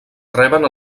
reben